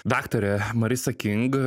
daktarė marisa king